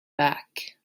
back